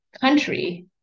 country